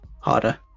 harder